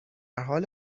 حال